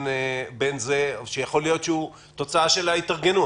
שיכול להיות שהוא תוצאה של ההתארגנות.